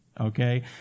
Okay